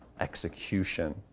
execution